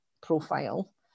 profile